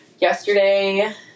yesterday